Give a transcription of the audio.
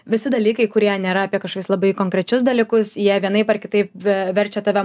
visi dalykai kurie nėra apie kažkokius labai konkrečius dalykus jie vienaip ar kitaip verčia tave